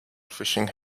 fishing